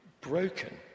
broken